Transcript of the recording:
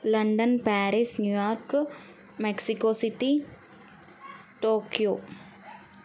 London Paris New York Mexico city Tokyo